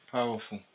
Powerful